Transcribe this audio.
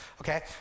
okay